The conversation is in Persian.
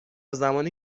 زمانی